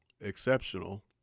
exceptional